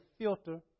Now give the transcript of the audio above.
filter